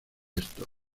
estos